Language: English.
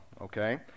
okay